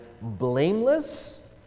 blameless